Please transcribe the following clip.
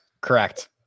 Correct